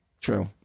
True